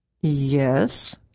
Yes